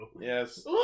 Yes